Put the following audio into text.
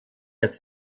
das